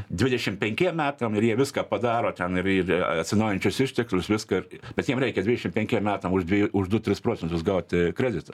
dvidešim penkiem metam ir jie viską padaro ten ir ir atsinaujančius išteklius viską ir bet jiem reikia dvidešim penkiem metam už dviejų už du tris procentus gauti kreditą